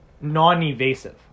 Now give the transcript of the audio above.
non-evasive